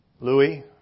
Louis